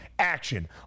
action